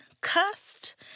cussed